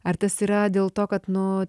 ar tas yra dėl to kad nu